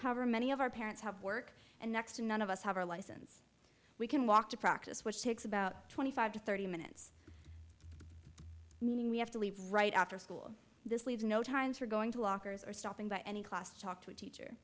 however many of our parents have work and next to none of us have our license we can walk to practice which takes about twenty five to thirty minutes meaning we have to leave right after school this leaves no time for going to lockers or stopping by any class to talk to a teacher